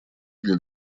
для